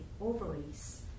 ovaries